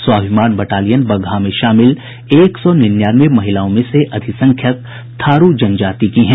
स्वाभिमान बटालियन बगहा में शामिल एक सौ निन्यानवे महिलाओं में से अधिसंख्यक थारू जनजाति की हैं